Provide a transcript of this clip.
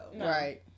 right